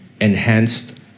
enhanced